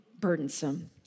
burdensome